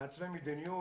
מעצבי מדיניות,